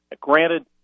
granted